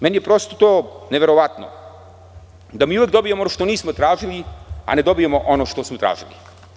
Meni je to neverovatno da uvek dobijemo ono što nismo tražili, a ne dobijemo ono što smo tražili.